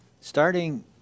starting